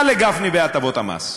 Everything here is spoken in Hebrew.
מה לגפני ולהטבות המס?